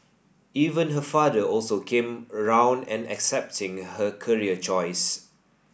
even her father also came round and accepting her career choice